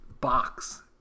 box